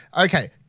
okay